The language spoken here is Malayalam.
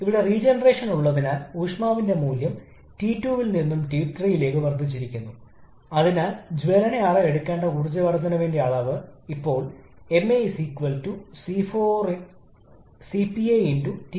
ഒപ്പം cp ഉം n ഉം കംപ്രഷൻ പ്രക്രിയയും വിപുലീകരണ പ്രക്രിയയും അവ വേറിട്ടതാണ് കാരണം ഇത് യുക്തിസഹമാണ് കംപ്രഷൻ പ്രക്രിയയിൽ ഇത് പൊതുവെ വായു മാത്രമാണ് കംപ്രസ്സുചെയ്യുന്നു അതേസമയം വിപുലീകരണ പ്രക്രിയയിൽ ജ്വലന ഉൽപ്പന്നങ്ങൾ ലഭിക്കുന്നു വിപുലപ്പെടുത്തി